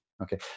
Okay